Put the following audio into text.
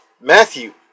Matthew